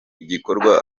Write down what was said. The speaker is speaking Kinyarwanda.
igikorwa